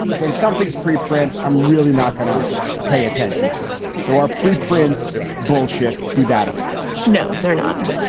when something's preprint, i'm really not going to pay attention to it. so our preprint bullshit to that extent no, they're not.